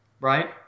Right